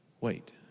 Wait